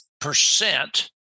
percent